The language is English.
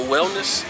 Wellness